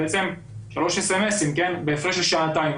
שלושה אס.אמ.אסים בהפרש של שעתיים,